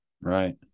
Right